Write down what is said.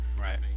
Right